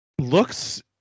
looks